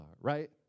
right